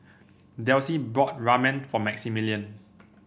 Delsie bought Ramen for Maximillian